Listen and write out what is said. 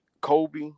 Kobe